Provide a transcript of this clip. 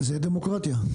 זו דמוקרטיה.